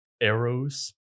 Arrows